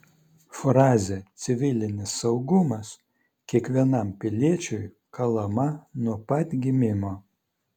frazė civilinis saugumas kiekvienam piliečiui kalama nuo pat gimimo